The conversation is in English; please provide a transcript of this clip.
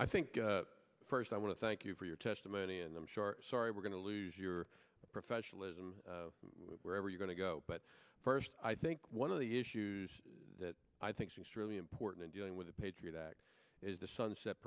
i think first i want to thank you for your testimony and i'm sure sorry we're going to lose your professionalism wherever you're going to go but first i think one of the issues that i think just really important in dealing with the patriot act is the sunset